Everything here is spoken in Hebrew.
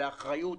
באחריות,